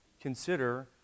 consider